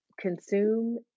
consume